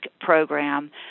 program